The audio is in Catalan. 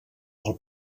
del